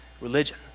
religion